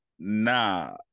nah